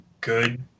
good